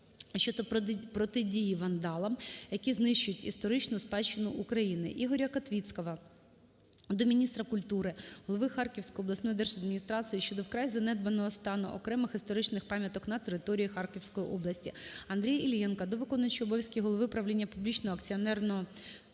щодо протидії вандалам, які знищують історичну спадщину України. Ігоря Котвіцького до міністра культури, голови Харківської обласної держдміністрації щодо вкрай занедбаного стану окремих історичних пам'яток на території Харківської області. Андрія Іллєнка до виконуючого обов'язки голови правління Публічного акціонерного товариства